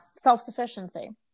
Self-sufficiency